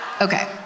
Okay